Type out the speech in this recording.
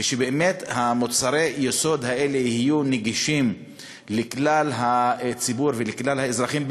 ושבאמת מוצרי היסוד האלה יהיו נגישים לכלל הציבור ולכלל האזרחים,